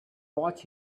watch